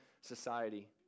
society